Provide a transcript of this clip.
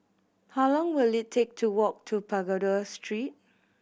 how long will it take to walk to Pagoda Street